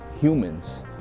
humans